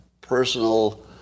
personal